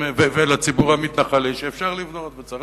ולציבור המתנחלים הם שאפשר לבנות וצריך